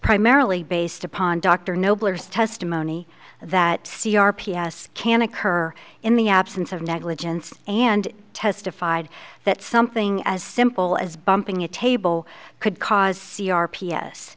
primarily based upon dr noble or testimony that c r p s can occur in the absence of negligence and testified that something as simple as bumping a table could cause c r p s